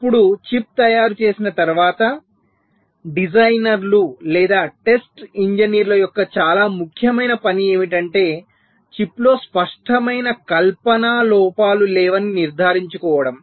ఇప్పుడు చిప్ తయారు చేసిన తరువాత డిజైనర్లు లేదా టెస్ట్ ఇంజనీర్ల యొక్క చాలా ముఖ్యమైన పని ఏమిటంటే చిప్లో స్పష్టమైన కల్పన లోపాలు లేవని నిర్ధారించుకోవడం